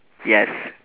yes